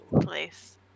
place